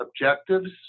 objectives